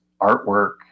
artwork